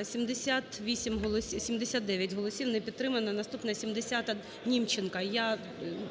За-79 Не підтримана. Наступна 70-а, Німченко. Я…